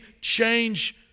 change